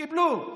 קיבלו.